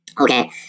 Okay